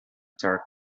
dark